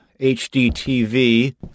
HDTV